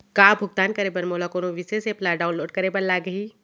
का भुगतान करे बर मोला कोनो विशेष एप ला डाऊनलोड करे बर लागही